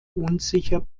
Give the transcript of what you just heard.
unsicher